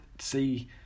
see